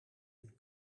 een